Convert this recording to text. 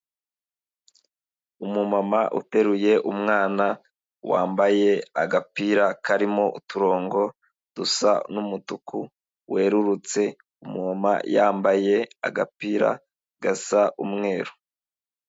Umumama uteruye umwana, wambaye agapira karimo uturongo dusa n'umutuku, werurutse, umumama yambaye agapira gasa umweru.